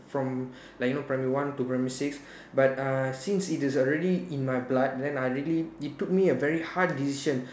from like you know primary one to primary six but uh since it is already in my blood then I really it took me a very hard decision